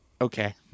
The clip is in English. okay